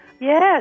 Yes